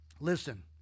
Listen